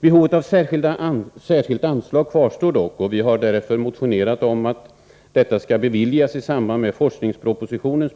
Behovet av ett särskilt anslag kvarstår dock, och vi har därför motionerat om att det skall beviljas i samband med behandlingen av forskningspropositionen.